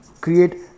create